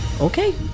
okay